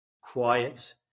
quiet